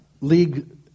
league